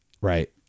Right